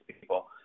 people